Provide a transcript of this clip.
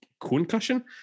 Concussion